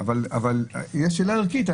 אבל יש שאלה ערכית,